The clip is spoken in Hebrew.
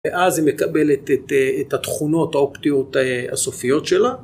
ואז היא מקבלת את התכונות האופטיות הסופיות שלה.